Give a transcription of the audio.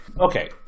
Okay